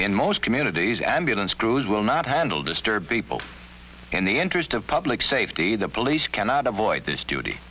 in most communities ambulance crews will not handle disturbing people in the interest of public safety the police cannot avoid this